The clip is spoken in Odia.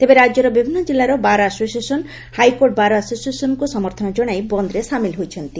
ତେବେ ରାଜ୍ୟର ବିଭିନ୍ନ ଜିଲ୍ଲାର ବାର୍ ଆସୋସିଏସନ୍ ହାଇକୋର୍ଟ ବାର୍ ଆସୋସିଏସନ୍କୁ ସମର୍ଥନ କଶାଇ ବନ୍ଦରେ ସାମିଲ ହୋଇଛନ୍ତି